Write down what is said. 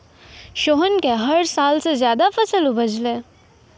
सोहन कॅ हर साल स ज्यादा फसल उपजलै